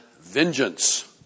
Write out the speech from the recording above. vengeance